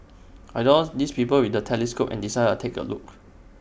I saw these people with the telescopes and decided A take A look